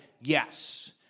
yes